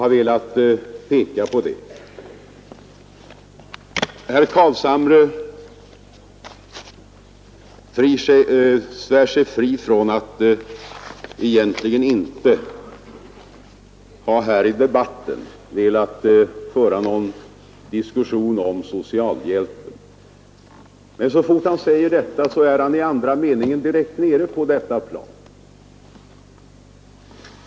Herr Carlshamre söker svära sig fri från att här i debatten egentligen ha velat föra någon diskussion om socialhjälpen, men så fort han säger detta, är han i andra meningen direkt över på den frågan.